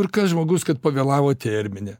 ir kas žmogus kad pavėlavo termine